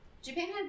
Japan